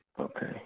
Okay